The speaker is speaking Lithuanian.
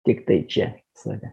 tiktai čia save